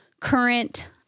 current